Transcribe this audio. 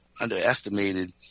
underestimated